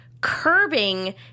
curbing